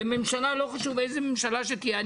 כממשלה, לא חשוב איזה ממשלה שתהיה.